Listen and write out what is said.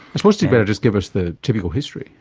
i suppose you'd better just give us the typical history.